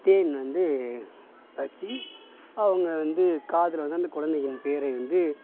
தேன் வந்து வச்சு அவங்க வந்து காதில் வந்து அந்த குழந்தையின் பேரை வந்து